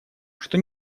что